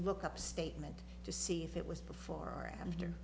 look up statement to see if it was before or after